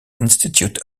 institute